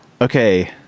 okay